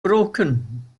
broken